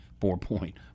four-point